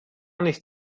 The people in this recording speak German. nicht